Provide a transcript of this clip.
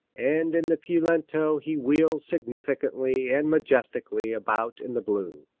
and in the piu lento he wheels significantly and majestically about in the blue.